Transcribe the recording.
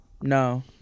no